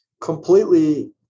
completely